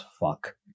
fuck